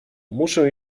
muszę